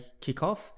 kickoff